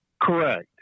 Correct